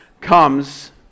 comes